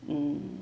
mm